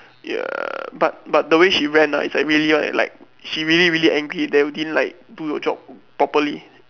ya but but the way she rant ah is like really one eh like she really really angry that we didn't like do the job properly